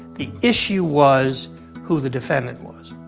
the issue was who the defendant was.